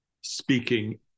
speaking